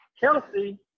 Kelsey